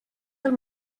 del